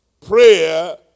prayer